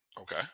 Okay